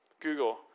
Google